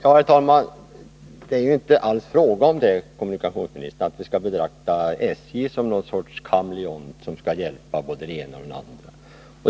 Herr talman! Det är ju inte alls, herr kommunikationsminister, fråga om att vi skall betrakta SJ som någon slags kameleont, som skall anpassa sig till både den ena och den andra.